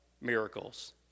miracles